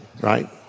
right